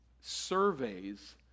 surveys